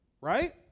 right